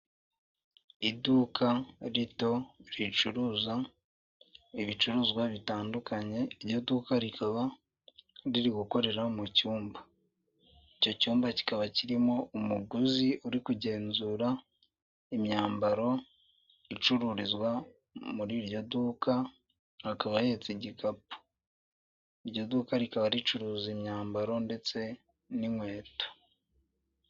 Iduka rito ricuruza ibicuruzwa bitandukanye, iryo duka rikaba riri gukorera mu cyumba. Icyo cyumba kikaba kirimo umuguzi uri kugenzura imyambaro icururizwa muri iryo duka akaba ahetse igikapu; iryo duka rikaba ricuruza imyambaro ndetse n'inkweto.